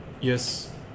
yes